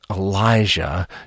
Elijah